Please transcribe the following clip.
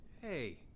Hey